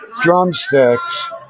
drumsticks